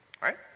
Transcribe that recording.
Right